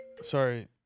sorry